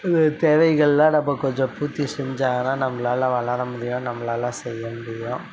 தேவைகள்லாம் நமக்கு கொஞ்சம் பூர்த்தி செஞ்சாங்கனா நம்மளால வளர முடியும் நம்மளால செய்ய முடியும்